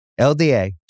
LDA